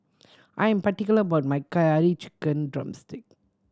I am particular about my Curry Chicken drumstick